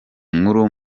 nkuru